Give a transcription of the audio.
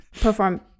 perform